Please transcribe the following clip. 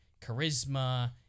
charisma